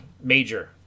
major